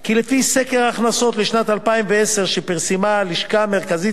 כי לפי סקר הכנסות לשנת 2010 שפרסמה הלשכה המרכזית